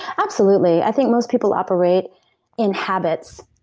absolutely. i think most people operate in habits,